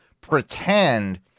pretend